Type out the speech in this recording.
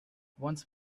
once